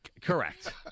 Correct